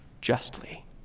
justly